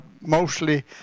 mostly